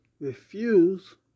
refuse